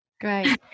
great